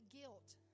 guilt